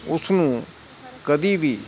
ਉਸਨੂੰ ਕਦੀ ਵੀ